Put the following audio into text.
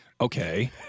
Okay